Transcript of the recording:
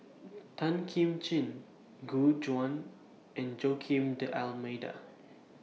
Tan Kim Ching Gu Juan and Joaquim D'almeida